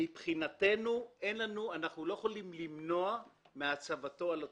ומבחינתנו אנחנו לא יכולים למנוע את הצבת האנטנה על התורן.